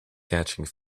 catching